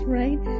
right